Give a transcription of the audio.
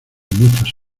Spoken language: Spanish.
muchas